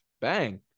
Bang